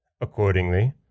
Accordingly